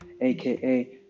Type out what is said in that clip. aka